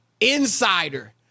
insider